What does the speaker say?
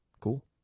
cool